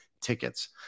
tickets